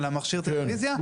על מכשיר הטלוויזיה,